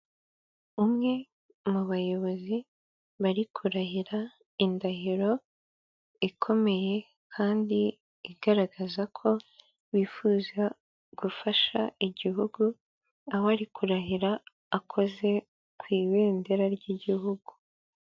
Umwe mu bayobozi bari kurahira indahiro ikomeye kandi igaragaza ko bifuza gufasha igihugu, aho ari kurahira akoze ku ibendera ry'igihugu.